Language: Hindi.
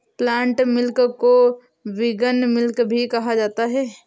प्लांट मिल्क को विगन मिल्क भी कहा जाता है